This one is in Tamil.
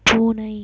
பூனை